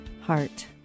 heart